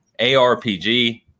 ARPG